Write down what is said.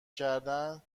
کردنچی